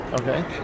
Okay